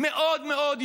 מאוד מאוד,